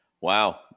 Wow